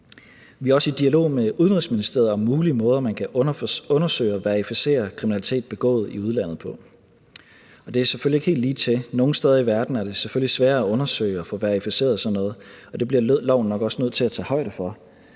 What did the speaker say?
Vi er også i dialog med Udenrigsministeriet om mulige måder, man kan undersøge og verificere kriminalitet begået i udlandet på. Det er selvfølgelig ikke helt ligetil, for nogle steder i verden er det selvfølgelig sværere at undersøge og få verificeret sådan noget, men det bliver loven nok også nødt til at tage højde for: